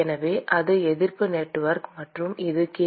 எனவே அது எதிர்ப்பு நெட்வொர்க் மற்றும் இது கே